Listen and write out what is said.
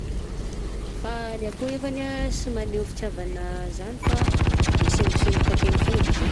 fa ny akoho nefany sy maneho fitiavana zany fa misengosengoka akegny fogna de zegny.